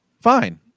Fine